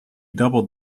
doubled